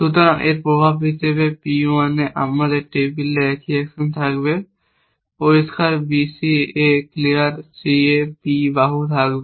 সুতরাং এর প্রভাব হিসাবে P 1 এ আমাদের টেবিলে একই অ্যাকশন থাকবে পরিষ্কার B C এ ক্লিয়ার C এ B বাহু খালি থাকবে